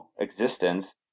existence